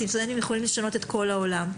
סטודנטים סטודנטים יכולים לשנות את כל העולם.